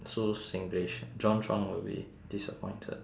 so singlish john tron would be disappointed